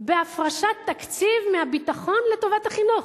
בהפרשת תקציב מהביטחון לטובת החינוך.